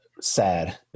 sad